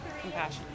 Compassion